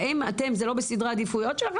האם זה לא בסדרי העדיפויות שלכם,